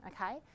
Okay